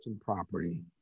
property